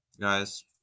guys